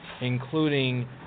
including